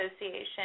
Association